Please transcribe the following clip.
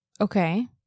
Okay